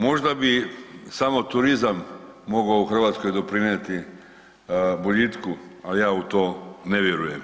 Možda bi samo turizam mogao u Hrvatskoj doprinijeti boljitku, al ja u to ne vjerujem.